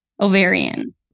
ovarian